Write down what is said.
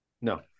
No